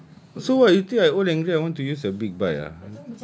ya so what you think I old and grey I want to use a big bike ah